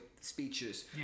speeches